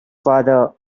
father